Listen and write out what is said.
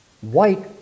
white